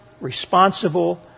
responsible